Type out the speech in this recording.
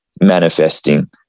manifesting